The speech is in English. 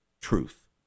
truth